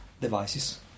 devices